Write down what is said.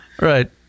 right